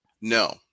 No